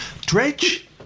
Dredge